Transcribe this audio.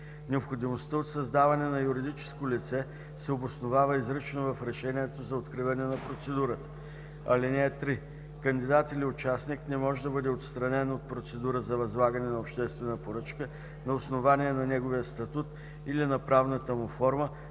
Необходимостта от създаване на юридическо лице се обосновава изрично в решението за откриване на процедурата. (3) Кандидат или участник не може да бъде отстранен от процедура за възлагане на обществена поръчка на основание на неговия статут или на правната му форма,